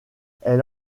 elle